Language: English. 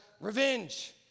Revenge